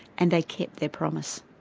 and they kept their promise.